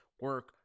Work